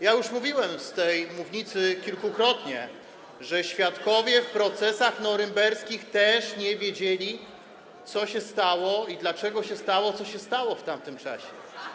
Ja już mówiłem z tej mównicy kilkukrotnie, że świadkowie w procesach norymberskich też nie wiedzieli, co się stało i dlaczego się stało, co się stało w tamtym czasie.